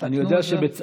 תתקנו את זה.